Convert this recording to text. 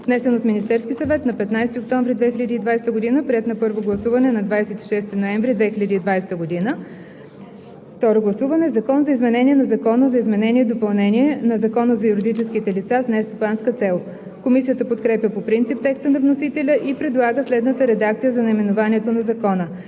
внесен от Министерския съвет на 15 октомври 2020 г., приет на първо гласуване на 26 ноември 2020 г. – второ гласуване. „Закон за изменение на Закона за изменение и допълнение на Закона за юридическите лица с нестопанска цел“.“ Комисията подкрепя по принцип текста на вносителя и предлага следната редакция за наименованието на закона: